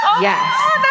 Yes